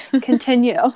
continue